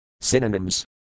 Synonyms